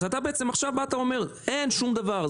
אז אתה בעצם אומר שאין שום דבר.